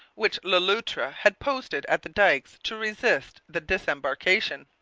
which le loutre had posted at the dikes to resist the disembarkation.